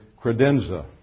credenza